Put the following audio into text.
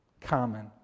common